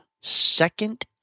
second